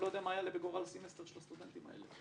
אני לא יודע מה יעלה בגורל הסמסטר של הסטודנטים האלה.